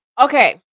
okay